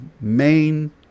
main